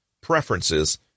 preferences